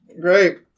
Great